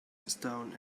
stone